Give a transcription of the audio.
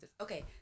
Okay